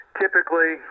typically